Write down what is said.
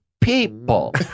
people